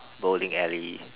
bowling alley